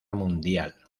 mundial